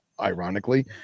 ironically